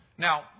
Now